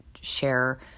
share